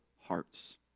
hearts